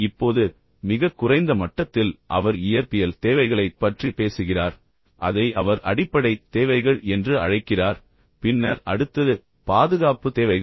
இப்போது மிகக் குறைந்த மட்டத்தில் அவர் இயற்பியல் தேவைகளைப் பற்றி பேசுகிறார் அதை அவர் அடிப்படை தேவைகள் என்று அழைக்கிறார் பின்னர் அடுத்தது பாதுகாப்பு தேவைகள்